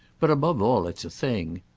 but above all it's a thing.